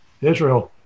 Israel